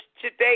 today